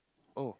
oh